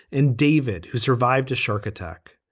and david, who survived a shark attack.